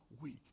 week